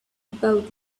about